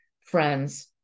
friends